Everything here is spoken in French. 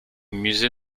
musée